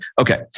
okay